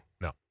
No